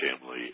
family